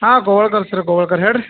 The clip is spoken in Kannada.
ಹಾಂ ಗೋವಾಳ್ಕರ್ ಸರ್ ಗೋವಾಳ್ಕರ್ ಹೇಳಿರಿ